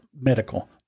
medical